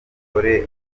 umugore